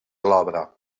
l’obra